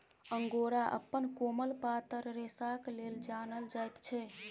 angora अपन कोमल पातर रेशाक लेल जानल जाइत छै